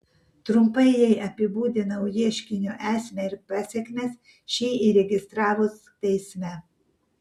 trumpai jai apibūdinau ieškinio esmę ir pasekmes šį įregistravus teisme